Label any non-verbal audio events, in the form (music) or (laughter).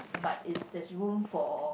(noise) but it's there's room for